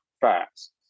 fast